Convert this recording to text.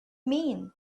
mean